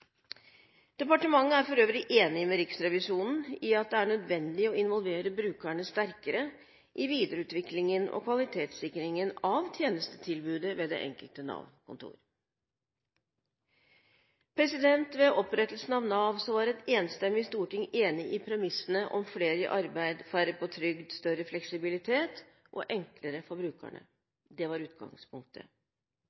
Departementet er for øvrig enig med Riksrevisjonen i at det er nødvendig å involvere brukerne sterkere i videreutviklingen og kvalitetssikringen av tjenestetilbudet ved det enkelte Nav-kontor. Ved opprettelsen av Nav var et enstemmig storting enig om premissene om flere i arbeid, færre på trygd, større fleksibilitet og enklere